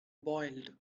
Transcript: boiled